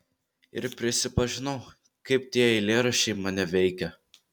ir prisipažinau kaip tie eilėraščiai mane veikia